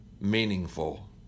meaningful